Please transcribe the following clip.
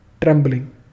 trembling